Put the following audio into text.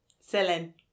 Celine